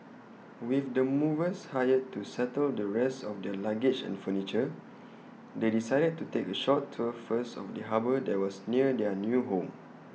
with the movers hired to settle the rest of their luggage and furniture they decided to take A short tour first of the harbour that was near their new home